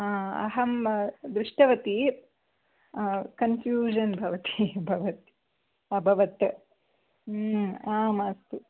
अहं दृष्टवती कन्फ्यूषन् भवति भवत् अभवत् आम् अस्तु